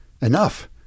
Enough